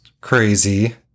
crazy